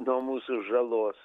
nuo mūsų žalos